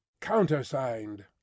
countersigned